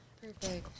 Perfect